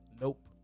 Nope